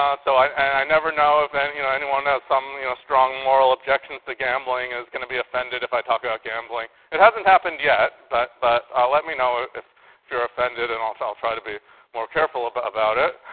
um so i i never know if and you know anyone has some strong moral objections to gambling is going to be offended if i talk about gambling. it hasn't happened yet, but but let me know ah if you're offended and i'll try to be more careful but about it.